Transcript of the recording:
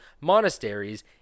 monasteries